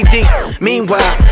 Meanwhile